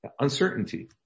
uncertainty